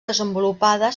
desenvolupada